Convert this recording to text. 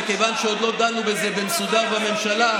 מכיוון שעוד לא דנו בזה במסודר בממשלה,